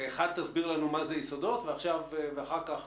תסביר לנו מה זה "יסודות", ואחר כך